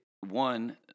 one